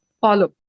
follow